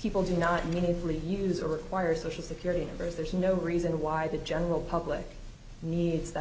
people do not mean every user requires social security there's no reason why the general public needs that